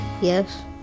Yes